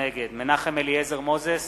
נגד מנחם אליעזר מוזס,